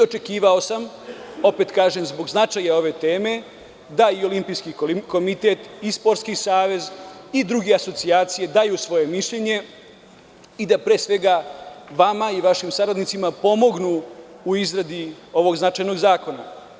Očekivao sam, opet kažem, zbog značaja ove teme da i Olimpijski komitet, Sportski savet i druge asocijacije daju svoje mišljenje i da pre svega vama i vašim saradnicima pomognu u izradi ovog značajnog zakona.